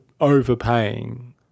overpaying